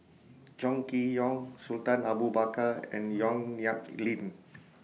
Chong Kee Hiong Sultan Abu Bakar and Yong Nyuk Lin